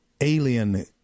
alien